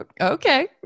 Okay